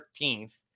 13th